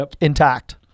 intact